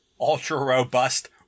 ultra-robust